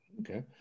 Okay